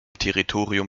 territorium